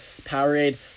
Powerade